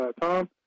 Tom